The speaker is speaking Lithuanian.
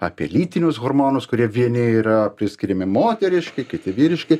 apie lytinius hormonus kurie vieni yra priskiriami moteriški kiti vyriški